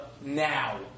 now